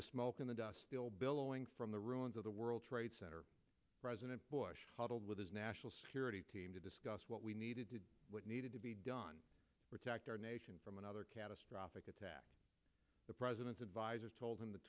the smoke in the dust still billowing from the ruins of the world trade center president bush huddled with his national security team to discuss what we needed to do what needed to be done protect our nation from another catastrophic attack the president's advisors tol